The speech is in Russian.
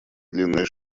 длинная